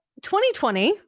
2020